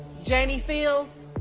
jeanie fields?